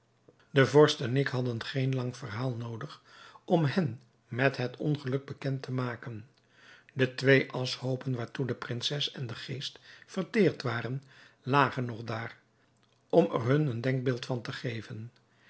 de vorst en ik hadden geen lang verhaal noodig om hen met het ongeluk bekend te maken de twee aschhoopen waartoe de prinses en de geest verteerd waren lagen nog daar om er hun een denkbeeld van te geven